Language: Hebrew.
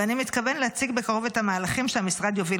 ואני מתכוון להציג בקרוב את המהלכים שהמשרד יוביל